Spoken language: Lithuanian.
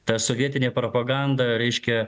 ta sovietinė propaganda reiškia